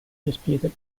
disputed